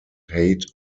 hate